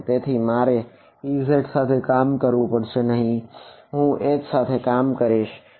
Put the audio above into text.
તેથી મારે Ez સાથે કામ કરવું પડશે નહિ હું H સાથે કામ કરી શકીશ